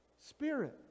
Spirit